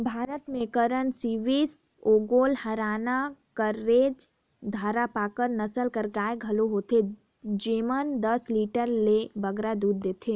भारत में करन स्विस, ओंगोल, हराना, केकरेज, धारपारकर नसल कर गाय घलो होथे जेमन दस लीटर ले बगरा दूद देथे